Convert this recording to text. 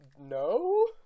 no